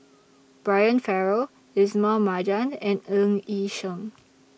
Brian Farrell Ismail Marjan and Ng Yi Sheng